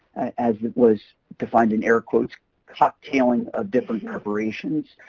as it was defined in air quotes cocktailing of different preparations.